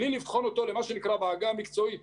מבלי לבחון אותו במה שנקרא בעגה המקצועית